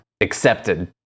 accepted